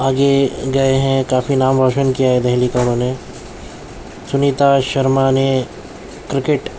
آگے گئے ہیں کافی نام روشن کیا ہے دہلی کا انہوں نے سنیتا شرما نے کرکٹ